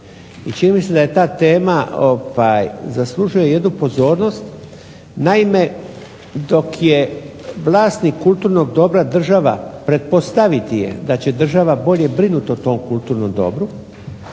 I čini mi se da ta tema zaslužuje jednu pozornost. Naime, dok je vlasnik kulturnog dobra država pretpostaviti je da će država bolje brinuti o tom kulturnom dobru,